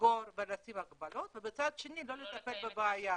לסגור ולשים הגבלות ומצד שני לא לטפל בבעיה הזאת.